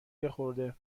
یخورده